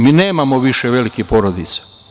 Mi nemamo više velikih porodica.